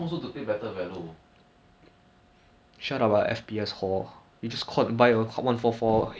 ya some shots ah ya like but I would say like it's fifty fifty ah how how is it I legit don't know